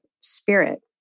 spirit